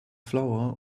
flower